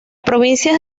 provincias